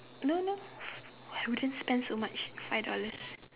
no no I wouldn't spend so much five dollars